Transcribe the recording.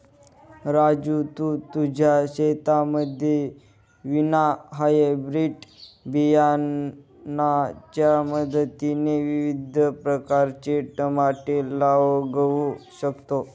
राजू तू तुझ्या शेतामध्ये विना हायब्रीड बियाणांच्या मदतीने विविध प्रकारचे टमाटे उगवू शकतो